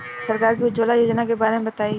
सरकार के उज्जवला योजना के बारे में बताईं?